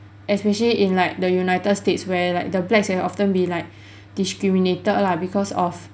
especially in like the united states where like the blacks are often be like discriminated lah because of